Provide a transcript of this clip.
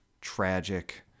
tragic